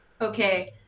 Okay